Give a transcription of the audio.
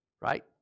right